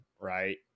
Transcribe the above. right